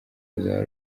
ruzaba